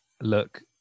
look